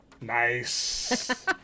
Nice